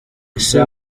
ese